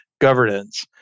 governance